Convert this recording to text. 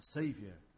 savior